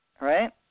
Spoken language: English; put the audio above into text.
right